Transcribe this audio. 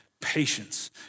patience